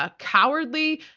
ah cowardly.